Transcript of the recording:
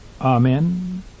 Amen